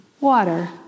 water